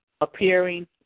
appearing